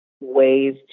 ways